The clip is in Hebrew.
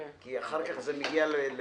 כי אחר כך זה מגיע לקואליציה.